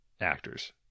actors